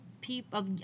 people